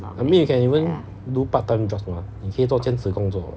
I mean you can even do part time jobs mah 你可以做兼职工作